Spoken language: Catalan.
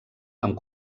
amb